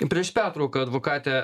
prieš pertrauką advokate